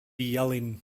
yelling